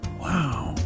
Wow